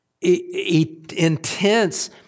intense